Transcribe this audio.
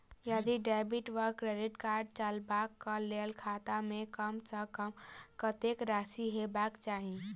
यदि डेबिट वा credit card चलबाक कऽ लेल खाता मे कम सऽ कम कत्तेक राशि हेबाक चाहि?